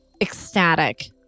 ecstatic